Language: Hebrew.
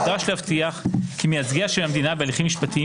נדרש להבטיח כי מייצגיה של המדינה בהליכים משפטיים